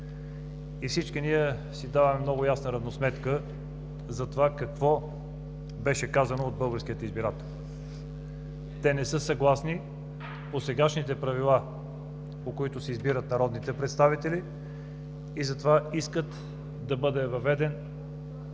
Всички ние си даваме много ясна равносметка какво беше казано от българските избиратели. Те не са съгласни със сегашните правила, по които се избират народните представители, и затова искат да бъде въведен